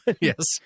Yes